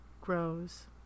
grows